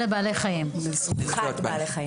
תודה.